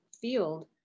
field